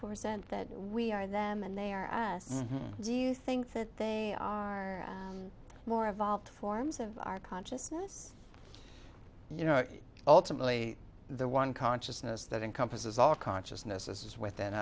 present that we are them and they are us do you think that they are more evolved forms of our consciousness you know ultimately the one consciousness that encompasses all consciousness is within